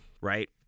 right